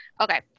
Okay